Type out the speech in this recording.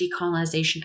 decolonization